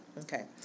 Okay